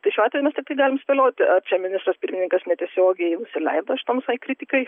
tai šiuo atveju mes tiktai galim spėlioti ar čia ministras pirmininkas netiesiogiai nusileido šitai visai kritikai